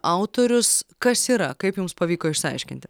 autorius kas yra kaip jums pavyko išsiaiškinti